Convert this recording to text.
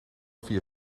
via